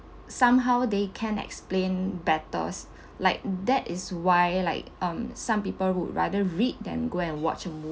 somehow they can explain betters like that is why like um some people would rather read than go and watch a